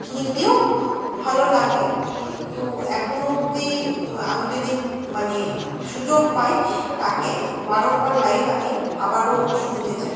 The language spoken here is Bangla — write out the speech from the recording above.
হিন্দিও ভালো লাগে কিন্তু এখনো অবধি আমি যদি মানে সুযোগ পাই তাকে বারংবার লাইভে আমি আবারও শুনতে চাই